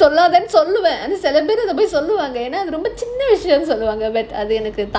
சொல்லதான்னு தான் சொல்வேன் ஆனா நெறய பேரு சொல்லிடுவாங்க எனக்கு அத:sollathaanu thaan solvaen sollathaanu solvaen aanaa neraya peru soliduvaanga enakku adha